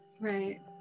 Right